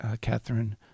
Catherine